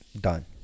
done